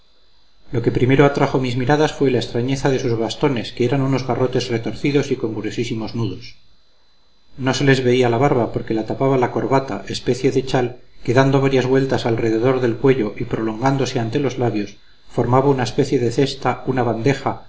lo que primero atrajo mis miradas fue la extrañeza de sus bastones que eran unos garrotes retorcidos y con gruesísimos nudos no se les veía la barba porque la tapaba la corbata especie de chal que dando varias vueltas alrededor del cuello y prolongándose ante los labios formaba una especie de cesta una bandeja